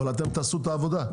אבל אתם תעשו את העבודה,